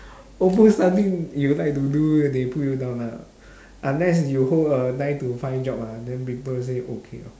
almost something you like to do they put you down lah unless you hold a nine to five job ah then people say okay lor